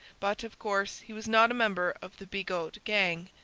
but, of course, he was not a member of the bigot gang.